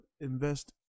invest